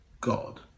God